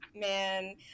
man